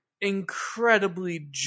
incredibly